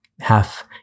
half